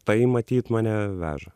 tai matyt mane veža